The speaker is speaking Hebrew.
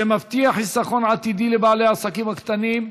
שמבטיח חיסכון עתידי לבעלי העסקים הקטנים.